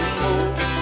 more